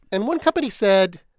and one company said,